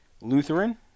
Lutheran